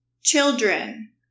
children